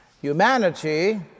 Humanity